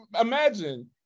imagine